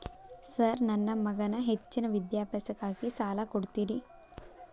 Sir ನನ್ನ ಮಗನ ಹೆಚ್ಚಿನ ವಿದ್ಯಾಭ್ಯಾಸಕ್ಕಾಗಿ ಸಾಲ ಕೊಡ್ತಿರಿ?